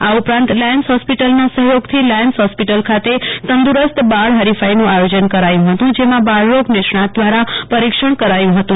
આ ઉપરાંત લાયન્સ હોસ્પીટલના સહયોગથી લાયન્સ હોસ્પિટલ ખાતે તંદુરસ્ત બાળ હરીફીનું આયોજન કરાયું હતું જેમાં બાળરોગ નિષ્ણાંત દ્વારા પરીક્ષણ કરાયું હતું